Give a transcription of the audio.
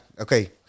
okay